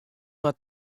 wat